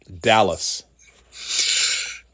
Dallas